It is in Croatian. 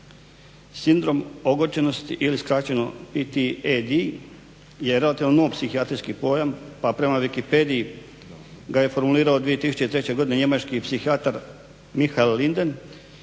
ili skraćeno PTED, je relativno nov psihijatrijskih pojam, pa prema Wikipediji ga je formulirao 2003. godine Njemački psihijatar Michael Linder